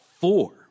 Four